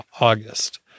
August